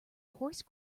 coarse